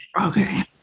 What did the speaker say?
Okay